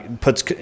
puts